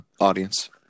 audience